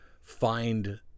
find